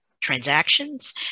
transactions